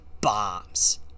bombs